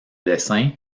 dessins